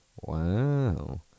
Wow